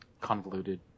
convoluted